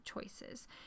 choices